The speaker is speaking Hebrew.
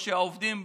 או שעובדים בחו"ל,